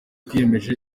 twiyemeje